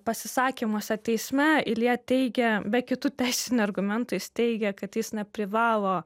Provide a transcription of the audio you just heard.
pasisakymuose teisme ilja teigė be kitų teisinių argumentų jis teigė kad jis neprivalo